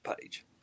page